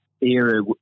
era